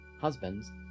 Husbands